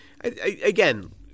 again –